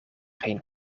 geen